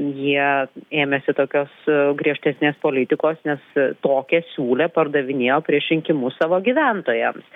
jie ėmėsi tokios griežtesnės politikos nes tokią siūlė pardavinėjo prieš rinkimus savo gyventojam